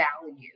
value